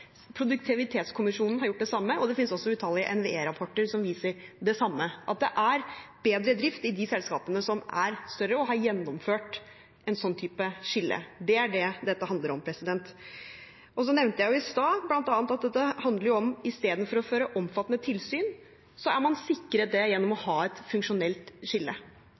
Produktivitetskommisjonen har gjort det samme, og det finnes også utallige NVE-rapporter som viser det samme – at det er bedre drift i de selskapene som er større og har gjennomført et slikt skille. Det er det dette handler om. Så nevnte jeg i stad bl.a. at dette handler om at i stedet for å føre omfattende tilsyn er man sikret det gjennom å ha et funksjonelt skille.